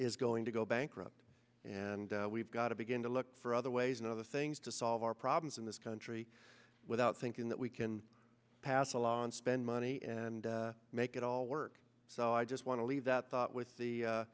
is going to go bankrupt and we've got to begin to look for other ways and other things to solve our problems in this country without thinking that we can pass a law and spend money and make it all work so i just want to leave that thought with the